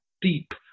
deep